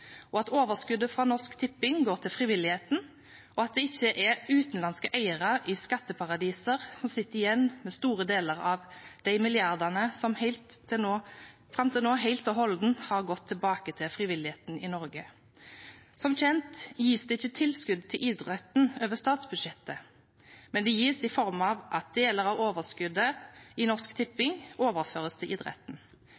at overskuddet fra Norsk Tipping går til frivilligheten, og at det ikke er utenlandske eiere i skatteparadiser som sitter igjen med store deler av de milliardene som fram til nå helt og holdent har gått tilbake til frivilligheten i Norge. Som kjent gis det ikke tilskudd til idretten over statsbudsjettet, men det gis i form av at deler av overskuddet i Norsk